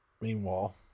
Meanwhile